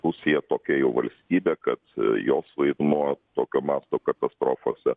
rusija tokia jau valstybė kad jos vaidmuo tokio masto katastrofose